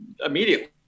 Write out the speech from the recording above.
immediately